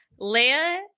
Leia